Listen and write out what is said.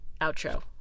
outro